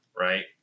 right